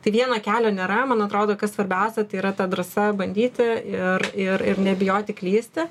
tai vieno kelio nėra man atrodo kas svarbiausia tai yra ta drąsa bandyti ir ir ir nebijoti klysti